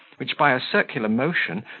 which, by a circular motion,